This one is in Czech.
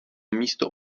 místo